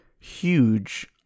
huge